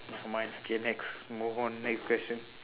never mind okay next move on next question